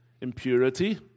impurity